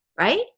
Right